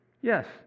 Yes